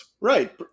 Right